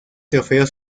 trofeo